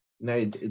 No